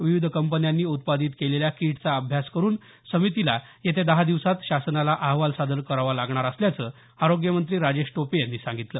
विविध कंपन्यांनी उत्पादीत केलेल्या किटचा अभ्यास करून समितीला दहा दिवसांत शासनाला अहवाल सादर करावा लागणार असल्याचं आरोग्यमंत्री राजेश टोपे यांनी सांगितलं